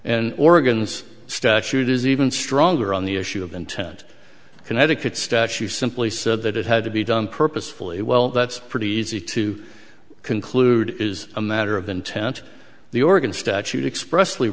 and oregon's statute is even stronger on the issue of intent connecticut statute simply said that it had to be done purposefully well that's pretty easy to conclude is a matter of intent the organ statute express